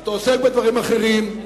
אתה עוסק בדברים אחרים,